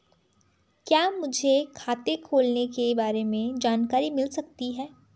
क्या मुझे खाते खोलने के बारे में जानकारी मिल सकती है?